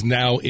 now